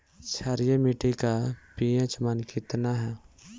क्षारीय मीट्टी का पी.एच मान कितना ह?